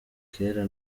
kera